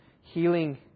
healing